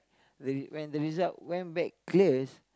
the when the when the result went back clears